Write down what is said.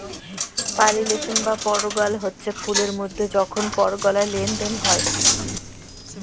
পালিলেশল বা পরাগায়ল হচ্যে ফুলের মধ্যে যখল পরাগলার লেলদেল হয়